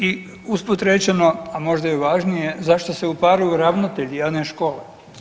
I usput rečeno, a možda i važnije zašto se uparuju ravnatelji, a ne škola.